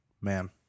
Man